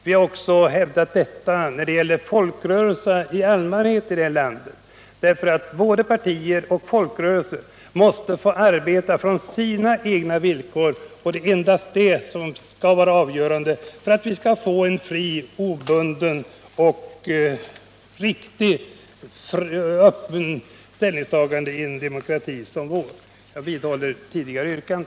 Detsamma har vi hävdat beträffande folkrörelserna här i landet. Både partier och folkrörelser måste få arbeta utifrån sina egna villkor. Detta är avgörande för att vi i en demokrati som vår skall kunna få en fri, obunden, riktig och öppen debatt. Herr talman! Jag vidhåller mitt tidigare yrkande.